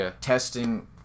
testing